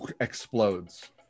explodes